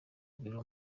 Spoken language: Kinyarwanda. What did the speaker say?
biro